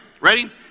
Ready